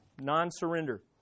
Non-surrender